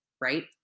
right